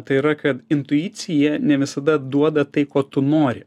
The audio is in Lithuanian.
tai yra ka intuicija ne visada duoda tai ko tu nori